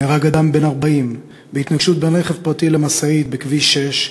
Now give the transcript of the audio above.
נהרג אדם בן 40 בהתנגשות בין רכב פרטי למשאית בכביש 6,